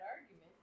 argument